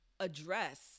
address